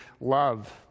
love